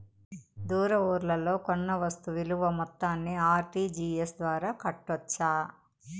దూర ఊర్లలో కొన్న వస్తు విలువ మొత్తాన్ని ఆర్.టి.జి.ఎస్ ద్వారా కట్టొచ్చా?